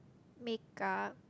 makeup